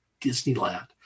Disneyland